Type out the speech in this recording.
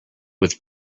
with